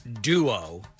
duo